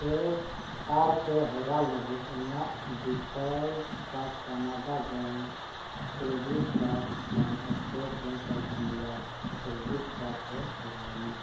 tap ᱟᱨ ᱯᱮ ᱦᱚᱨᱟ ᱞᱟᱹᱜᱤᱫ ᱤᱧᱟᱹᱜ ᱰᱤᱯᱷᱚᱞᱴ ᱠᱟᱨᱰ ᱠᱟᱱᱟᱨᱟ ᱵᱮᱝᱠ ᱠᱨᱮᱰᱤᱴ ᱠᱟᱨᱰ ᱠᱷᱚᱱ state bank of India credit card ᱨᱮ ᱯᱷᱮᱨᱟᱣᱢᱮ